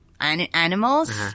animals